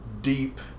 deep